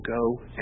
go